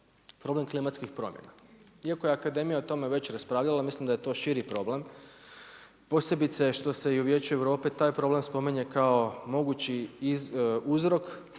problem klimatskih promjena. Iako je akademija o tome već raspravljala, mislim da je to šiti problem, posebice što se i u Vijeću Europe taj problem spominje kao mogući uzrok